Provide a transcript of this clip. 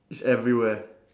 it's everywhere